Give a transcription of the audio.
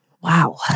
Wow